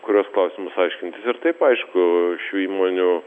kuriuos klausimus aiškintis ir taip aišku šių įmonių